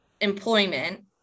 employment